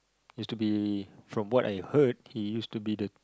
used to be from what I heard he used to be the